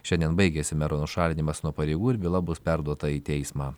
šiandien baigėsi mero nušalinimas nuo pareigų ir byla bus perduota į teismą